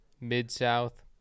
mid-south